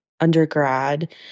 undergrad